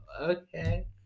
okay